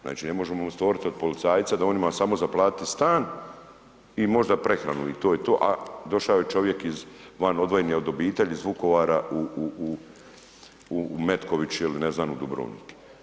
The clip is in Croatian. Znači, ne možemo stvorit od policajca da on ima samo za platiti stan i možda prehranu i to je to, a došao je čovjek iz, van odvojeni od obitelji iz Vukovara u Metković ili ne znam, u Dubrovnik.